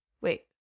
Wait